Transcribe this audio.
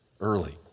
early